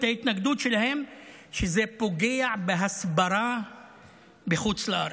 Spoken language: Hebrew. ההתנגדות שלהם בכך שזה פוגע בהסברה בחוץ לארץ.